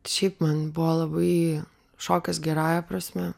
šiaip man buvo labai šokas gerąja prasme